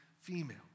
female